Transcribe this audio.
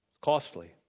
Costly